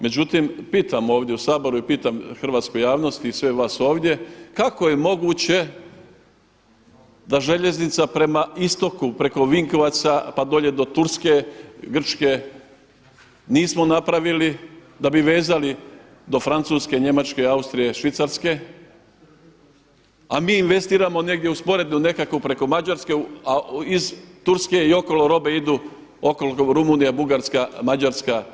Međutim, pitam ovdje u Saboru i pitam hrvatsku javnost i sve vas ovdje kako je moguće da željeznica prema istoku preko Vinkovaca, pa dolje do Turske, Grčke nismo napravili, da bi vezali do Francuske, Njemačke, Austrije, Švicarske a mi investiramo negdje u sporednu nekako preko Mađarske, a iz Turske i okolo robe idu okolo Rumunija, Bugarska, Mađarska,